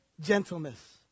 gentleness